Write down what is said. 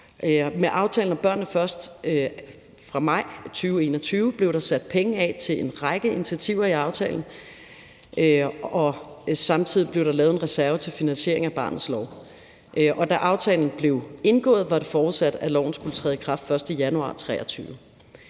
Med aftalen om »Børnene Først« fra maj 2021 blev der sat penge af til en række initiativer i aftalen, og samtidig blev der lavet en reserve til finansiering af barnets lov. Da aftalen blev indgået, var det forudsat, at loven skulle træde i kraft den 1. januar 2023.